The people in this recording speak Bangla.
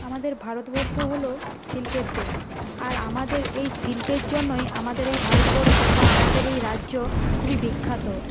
আমাদের ভারতবর্ষ হল শিল্পের দেশ আর আমাদের এই শিল্পের জন্যই আমাদের এই ভারতবর্ষ বা আমাদের এই রাজ্য খুবই বিখ্যাত